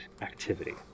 activity